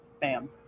Bam